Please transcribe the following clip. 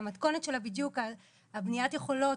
שהמתכונת שלה היא בדיוק בניית היכולות,